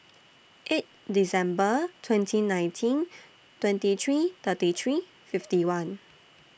eight December twenty nineteen twenty three thirty three fifty one